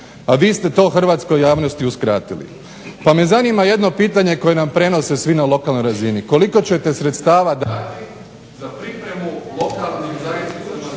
a vi ste to hrvatskoj javnosti uskratili. Pa me zanima jedno pitanje koje nam prenose svi na lokalnoj razini, koliko ćete sredstava dati za pripremu lokalnim zajednicama